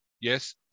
yes